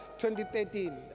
2013